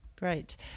Great